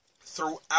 throughout